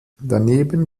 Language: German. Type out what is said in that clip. daneben